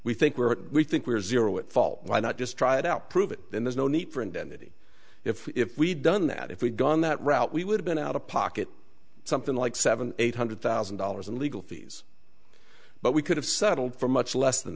we think we think we're zero at fault why not just try it out prove it then there's no need for indemnity if we'd done that if we'd gone that route we would have been out of pocket something like seven eight hundred thousand dollars in legal fees but we could have settled for much less than